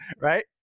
right